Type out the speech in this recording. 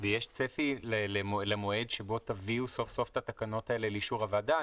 ויש צפי למועד שבו תביאו סוף סוף את התקנות האלה לאישור הוועדה?